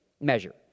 measure